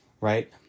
right